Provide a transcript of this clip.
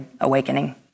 awakening